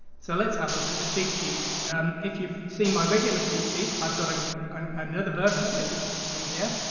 so let's have a look at the cheat sheet. and if you've seen my regular cheat sheet i've got a and another version of it, which you can see here.